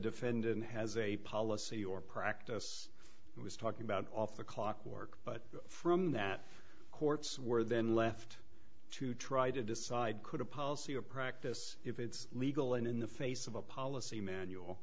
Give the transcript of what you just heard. defendant has a policy or practice he was talking about off the clock work but from that courts were then left to try to decide could a policy a practice if it's legal and in the face of a policy manual